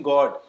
God